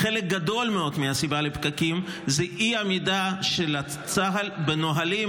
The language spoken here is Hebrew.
חלק גדול מאוד מהסיבה לפקקים הוא אי העמידה של צה"ל בנהלים,